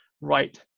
right